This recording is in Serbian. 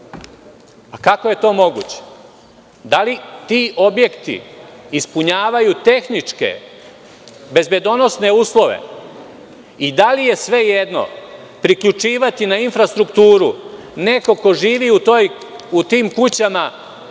Kako je to moguće? Da li ti objekti ispunjavaju tehničke bezbedonosne uslove i da li je svejedno priključivati na infrastrukturu kuću u kojoj